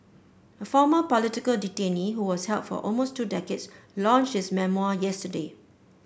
a former political detainee who was held for almost two decades launched his memoir yesterday